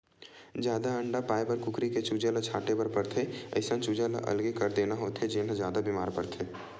जादा अंडा पाए बर कुकरी के चूजा ल छांटे बर परथे, अइसन चूजा ल अलगे कर देना होथे जेन ह जादा बेमार परथे